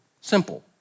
Simple